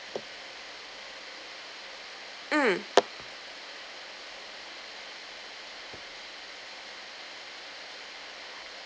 mm